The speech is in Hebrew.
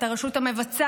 את הרשות המבצעת,